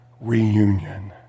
reunion